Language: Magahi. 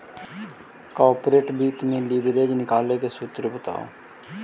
कॉर्पोरेट वित्त में लिवरेज निकाले के सूत्र बताओ